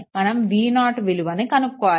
మనం v0 విలువను కనుక్కోవాలి